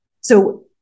So-